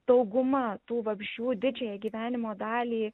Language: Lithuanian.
dauguma tų vabzdžių didžiąją gyvenimo dalį